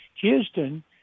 Houston